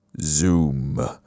Zoom